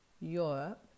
Europe